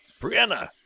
Brianna